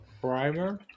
Primer